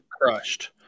crushed